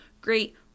Great